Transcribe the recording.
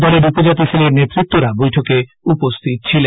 দলের উপজাতি সেলের নেতৃত্বরা বৈঠকে উপস্হিত ছিলেন